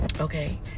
okay